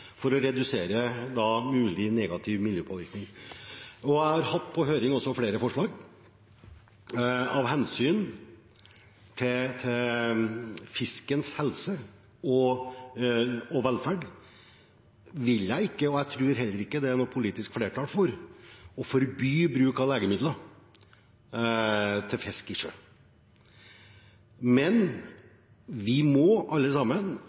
jeg har også hatt på høring flere forslag. Av hensyn til fiskens helse og velferd vil jeg ikke – og jeg tror heller ikke det er noe politisk flertall for det – forby bruk av legemidler til fisk i sjø, men vi må alle sammen